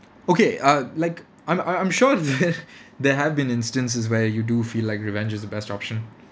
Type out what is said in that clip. okay uh like I'm I'm I'm sure that there have been instances where you do feel like revenge is the best option